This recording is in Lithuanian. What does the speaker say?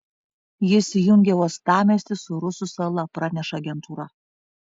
jis jungia uostamiestį su rusų sala praneša agentūra